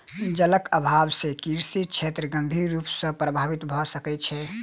जलक अभाव से कृषि क्षेत्र गंभीर रूप सॅ प्रभावित भ सकै छै